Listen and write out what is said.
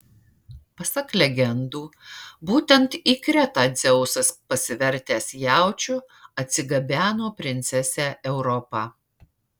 pasak legendų būtent į kretą dzeusas pasivertęs jaučiu atsigabeno princesę europą